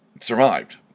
survived